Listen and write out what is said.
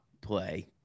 play